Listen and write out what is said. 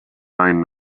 nine